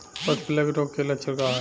पशु प्लेग रोग के लक्षण का ह?